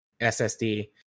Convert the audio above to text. SSD